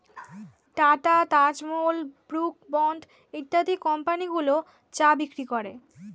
tata, Taj Mahal, Brooke Bond ইত্যাদি কোম্পানিগুলো চা বিক্রি করে